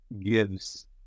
gives